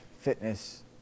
fitness